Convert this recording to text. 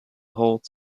hold